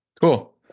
Cool